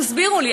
תסבירו לי,